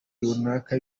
runaka